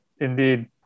Indeed